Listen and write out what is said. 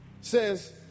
says